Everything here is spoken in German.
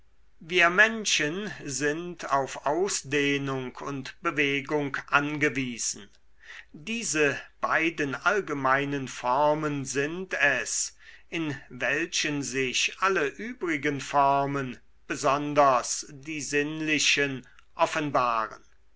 wir menschen sind auf ausdehnung und bewegung angewiesen diese beiden allgemeinen formen sind es in welchen sich alle übrigen formen besonders die sinnlichen offenbaren